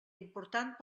important